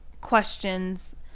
questions